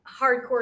hardcore